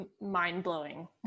mind-blowing